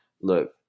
look